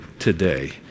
today